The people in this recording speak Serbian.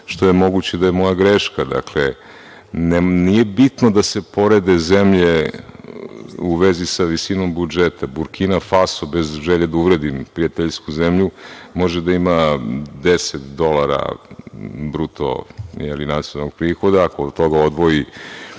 što je moguće da je moja greška. Dakle, nije bitno da se porede zemlje u vezi sa visinom budžeta. Burkina Faso, bez želje da uvredim prijateljsku zemlju, može da ima 10 dolara bruto-nacionalnog prihoda, ako ona odvoji